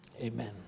Amen